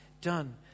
done